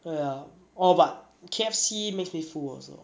!aiya! oh but K_F_C makes me full also